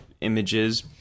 images